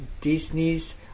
Disney's